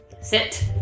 Sit